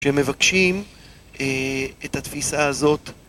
שמבקשים את התפיסה הזאת